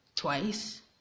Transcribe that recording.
twice